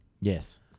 Yes